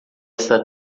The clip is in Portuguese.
esta